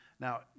Now